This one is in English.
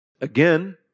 again